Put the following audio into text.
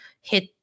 hit